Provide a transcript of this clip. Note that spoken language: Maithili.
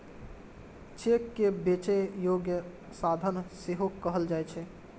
चेक कें बेचै योग्य साधन सेहो कहल जाइ छै